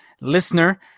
listener